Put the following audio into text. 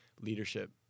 leadership